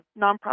nonprofit